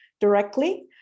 directly